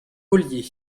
ollier